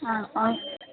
ಆಂ ಔ